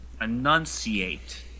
Enunciate